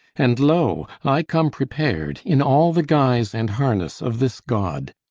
and, lo, i come prepared, in all the guise and harness of this god.